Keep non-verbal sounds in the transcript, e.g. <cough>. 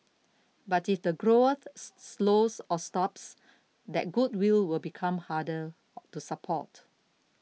but if the growth <unintelligible> slows or stops that goodwill will become harder to support